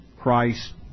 Christ